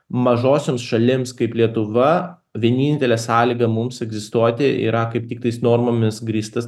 mažosioms šalims kaip lietuva vienintelė sąlyga mums egzistuoti yra kaip tiktais normomis grįstas